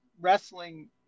wrestling